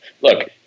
Look